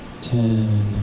ten